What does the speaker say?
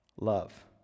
love